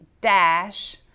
dash